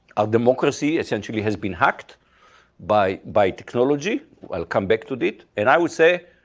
our democracy essentially has been hacked by biotechnology. we'll come back to it. and i would say,